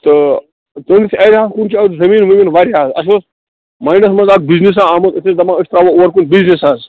تہٕ تُہنٛدِس ایریاہَس کُن چھُ اَکھ زٔمیٖن ؤمیٖن واریاہ اَسہِ اوس ماینڈَس منٛز اَکھ بِزنِسہ آمُت أسۍ ٲس دَپان أسۍ تراوو اور کُن بِزنِس حظ